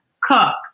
Cook